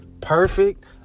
perfect